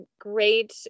great